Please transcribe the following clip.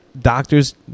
doctors